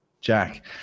Jack